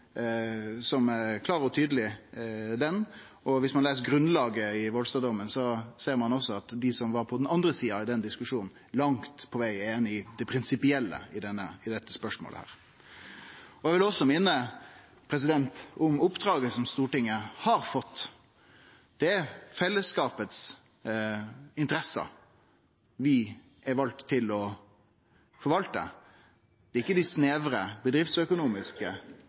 vi ein klar og tydeleg høgsterettsdom, og viss ein les grunnlaget for Volstad-dommen, ser ein også at dei som var på den andre sida i diskusjonen, langt på veg er einige i det prinsipielle i dette spørsmålet. Eg vil også minne om oppdraget som Stortinget har fått. Det er interessene til fellesskapet vi er valde til å forvalte. Det er ikkje dei snevre bedriftsøkonomiske